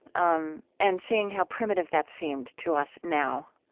um and seeing how primitive that seemed to us now,